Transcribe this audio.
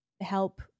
help